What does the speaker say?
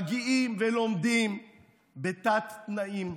מגיעים ולומדים בתת-תנאים,